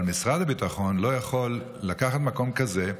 אבל משרד הביטחון לא יכול לקחת מקום כזה,